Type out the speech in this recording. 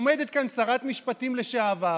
עומדת כאן שרת משפטים לשעבר